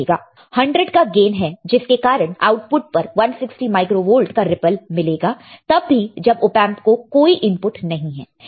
100 का गेन है जिसके कारण आउटपुट पर160 माइक्रो वोल्ट का रिप्पल मिलेगा तब भी जब ओपेंप को कोई इनपुट नहीं है